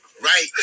Right